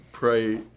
Pray